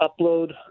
upload